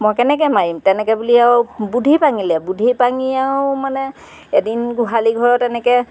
মই কেনেকৈ মাৰিম তেনেকৈ বুলি আৰু বুদ্ধি পাঙিলে বুদ্ধি পাঙি আৰু মানে এদিন গোহালি ঘৰত এনেকৈ